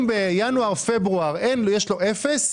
נכתב שאם בינואר-פברואר יש לו אפס,